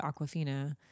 Aquafina